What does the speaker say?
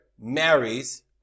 marries